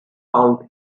found